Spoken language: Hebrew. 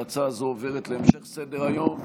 ההצעה הזאת עוברת להמשך סדר-היום,